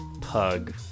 pug